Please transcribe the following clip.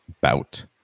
bout